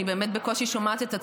אני באמת בקושי שומעת את עצמי.